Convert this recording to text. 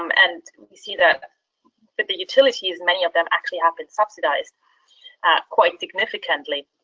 um and we see that that the utilities, many of them actually have been subsidized quite significantly,